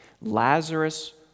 Lazarus